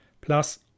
Plus